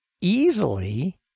easily